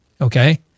okay